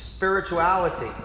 Spirituality